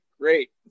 Great